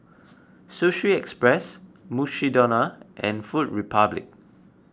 Sushi Express Mukshidonna and Food Republic